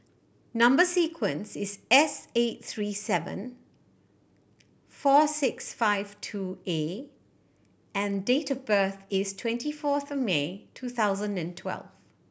number sequence is S eight three seven four six five two A and date of birth is twenty fourth May two thousand and twelve